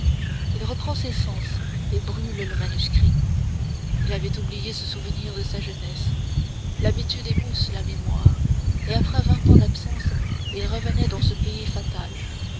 il reprend ses sens et brûle le manuscrit il avait oublié ce souvenir de sa jeunesse l'habitude émousse la mémoire et après vingt ans d'absence il revenait dans ce pays fatal